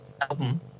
album